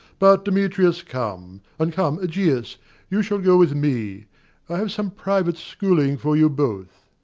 but, demetrius, come and come, egeus you shall go with me i have some private schooling for you both.